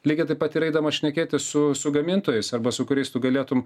lygiai taip pat yra eidamas šnekėtis su su gamintojais arba su kuriais tu galėtum